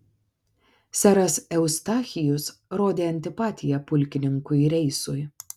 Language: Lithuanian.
seras eustachijus rodė antipatiją pulkininkui reisui